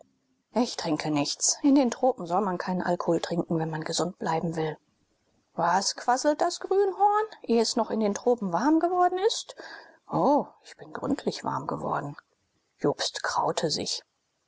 ich trinke nichts in den tropen soll man keinen alkohol trinken wenn man gesund bleiben will was quasselt das grünhorn ehe es noch in den tropen warm geworden ist o ich bin gründlich warm geworden jobst kraute sich